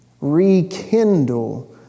Rekindle